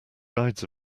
guides